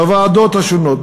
בוועדות השונות,